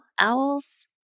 owls